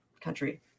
country